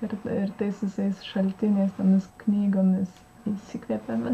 ir ir tais visais šaltiniais tomis knygomis įsikvėpėme